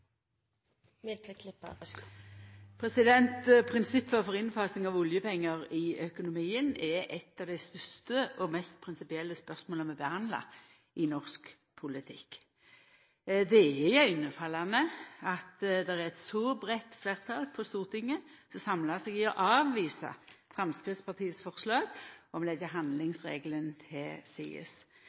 mest prinsipielle spørsmåla vi behandlar i norsk politikk. Det er iaugefallande at det er eit så breitt fleirtal på Stortinget som samlar seg om å avvisa Framstegspartiet sitt forslag om å leggja handlingsregelen til